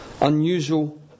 unusual